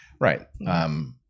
Right